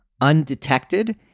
undetected